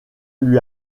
lui